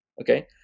Okay